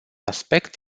aspect